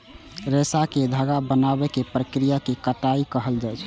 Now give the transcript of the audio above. रेशा कें धागा बनाबै के प्रक्रिया कें कताइ कहल जाइ छै